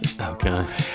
Okay